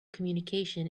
communication